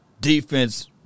Defense